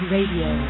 Radio